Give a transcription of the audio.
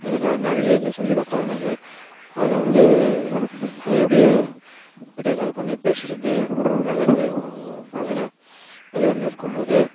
இதில் நிறைய இது சொல்லிக் கொடுத்தான் எனக்கு அதில் வந்து அது எப்படி வீடியோ கால் பண்ணி பேசுகிறது எல்லாத்தையும் இதெலாம் வெளியூரில் இருக்கும் போது